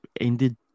ended